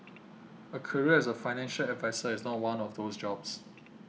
a career as a financial advisor is not one of those jobs